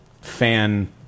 fan